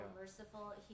merciful